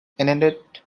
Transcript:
innit